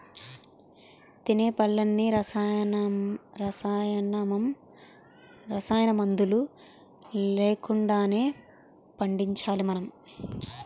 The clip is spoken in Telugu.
తినే పళ్ళన్నీ రసాయనమందులు లేకుండానే పండించాలి మనం